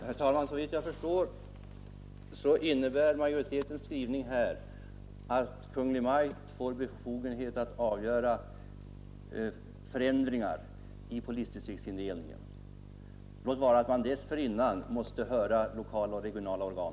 Herr talman! Såvitt jag förstår innebär majoritetens skrivning här att Kungl. Maj:t får befogenhet att avgöra förändringar i polisdistriktsindelningen, låt vara att man dessförinnan måste höra lokala och regionala organ.